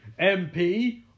MP